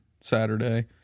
Saturday